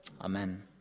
Amen